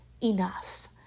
enough